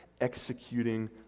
executing